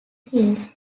hills